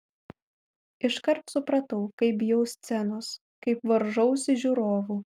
iškart supratau kaip bijau scenos kaip varžausi žiūrovų